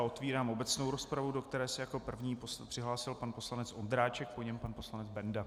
Otevírám obecnou rozpravu, do které se jako první přihlásil pan poslanec Ondráček, po něm pan poslanec Benda.